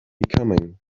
coming